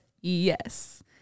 Yes